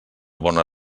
bona